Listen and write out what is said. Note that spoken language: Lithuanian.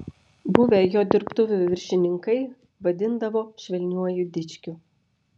buvę jo dirbtuvių viršininkai vadindavo švelniuoju dičkiu